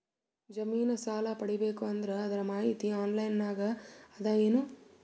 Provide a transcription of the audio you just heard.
ಜಮಿನ ಸಾಲಾ ಪಡಿಬೇಕು ಅಂದ್ರ ಅದರ ಮಾಹಿತಿ ಆನ್ಲೈನ್ ನಾಗ ಅದ ಏನು?